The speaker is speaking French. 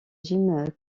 jim